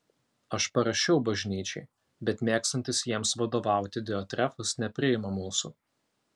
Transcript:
aš parašiau bažnyčiai bet mėgstantis jiems vadovauti diotrefas nepriima mūsų